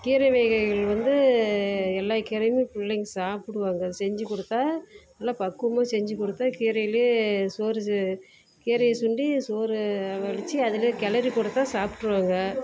கீரை வகைகள் வந்து எல்லா கீரையுமே பிள்ளைங்க சாப்பிடுவாங்க செஞ்சுக் கொடுத்தா நல்லா பக்குவமாக செஞ்சுக் கொடுத்தா கீரையிலே சோறு செ கீரையை சுண்டி சோறு வடித்து அதிலே கிளறி கொடுத்தா சாப்பிட்ருவாங்க